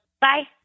Bye